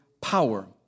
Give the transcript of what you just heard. power